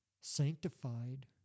sanctified